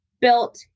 built